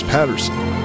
Patterson